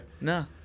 No